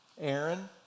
Aaron